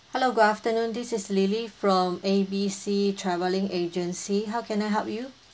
hello good afternoon this is lily from A B C travelling agency how can I help you